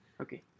Okay